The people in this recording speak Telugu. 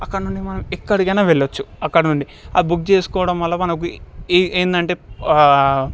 అక్కడి నుండి మనం ఎక్కడికైనా వెళ్ళొచ్చు అక్కడి నుండి బుక్ చేసుకోవడం వల్ల ఏంటంటే